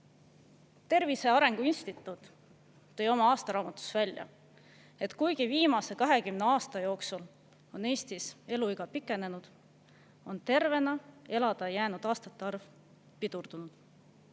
Tervise Arengu Instituut tõi oma aastaraamatus välja, et kuigi viimase 20 aasta jooksul on Eestis eluiga pikenenud, on tervena elada jäänud aastate arvu [kasv] pidurdunud.